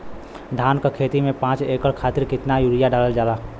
धान क खेती में पांच एकड़ खातिर कितना यूरिया डालल जाला?